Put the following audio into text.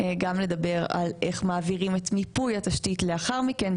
וגם לדבר על איך מעבירים את מיפוי התשתית לאחר מכן,